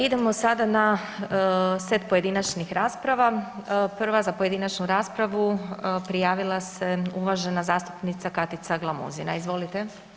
Idemo sada na set pojedinačnih rasprava, prva za pojedinačnu raspravu prijavila se uvažena zastupnica Katica Glamuzina, izvolite.